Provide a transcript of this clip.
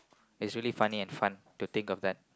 it's really funny and fun to think of that